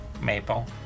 maple